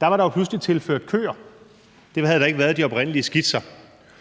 var der pludselig tilføjet køer – det havde der ikke været i de oprindelige skitser